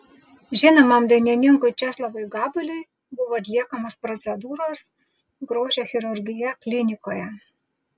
žinomam dainininkui česlovui gabaliui buvo atliekamos procedūros grožio chirurgija klinikoje